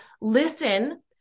listen